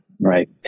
right